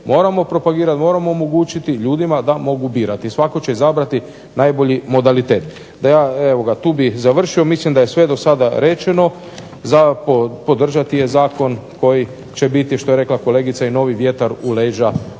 moramo propagirati, moramo omogućiti ljudima da mogu propagirati. Svatko će izabrati modalitet. Evo ga, tu bih završio, mislim da je sve do sada rečeno, za podržati je zakon koji će biti što je rekla kolegica novi vjetar u leđa